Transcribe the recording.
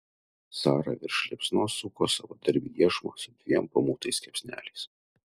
sara virš liepsnos suko savadarbį iešmą su dviem pamautais kepsneliais